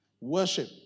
Worship